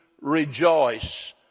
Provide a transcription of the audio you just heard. rejoice